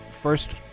First